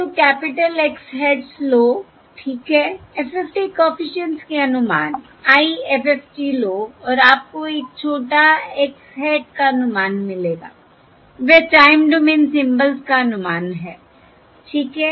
तो capital X hats लो ठीक है FFT कॉफिशिएंट्स के अनुमान IFFT लो और आपको एक छोटा x hat का अनुमान मिलेगा वह टाइम डोमेन सिम्बल्स का अनुमान है ठीक है